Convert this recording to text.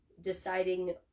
deciding